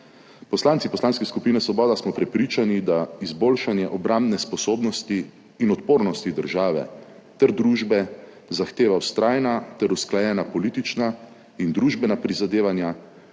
Poslanci Poslanske skupine Svoboda smo prepričani, da izboljšanje obrambne sposobnosti in odpornosti države ter družbe zahteva vztrajna ter usklajena politična in družbena prizadevanja,